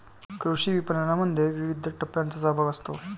कृषी विपणनामध्ये विविध टप्प्यांचा सहभाग असतो